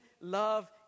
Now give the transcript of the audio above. love